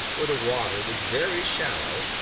where the water was very shallow,